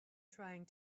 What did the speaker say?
trying